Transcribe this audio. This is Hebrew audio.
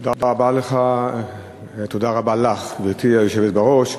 תודה רבה לך, גברתי היושבת בראש.